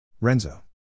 Renzo